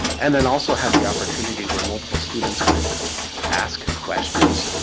and then also have the opportunity where multiple students could ask questions,